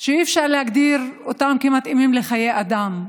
שאי-אפשר להגדיר אותם כמתאימים לחיי אדם: